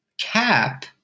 Cap